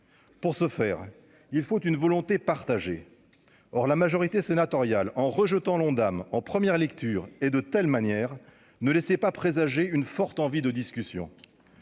pour ce faire, il faut une volonté partagée, or la majorité sénatoriale, en rejetant l'Ondam, en première lecture et de telle manière, ne laissait pas présager une forte envie de discussion